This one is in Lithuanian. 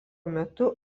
metu